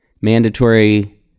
mandatory